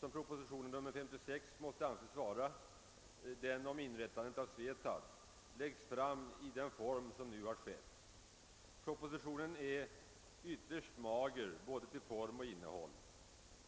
som proposition nr 56 om SVETAB måste anses vara läggs fram i den form som nu har skett. Propositionen är ytterst mager både till form och innehåll.